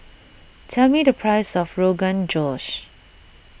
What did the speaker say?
tell me the price of Rogan Josh